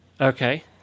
Okay